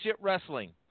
Wrestling